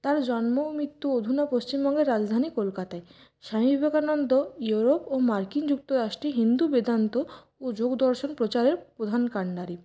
তাঁর জন্ম মৃত্যু অধুনা পশ্চিমবঙ্গের কলকাতায় স্বামী বিবেকানন্দ ইউরোপ ও মার্কিন যুক্তরাষ্ট্রে হিন্দু বেদান্ত ও যোগ দর্শন প্রচারের প্রধান কাণ্ডারি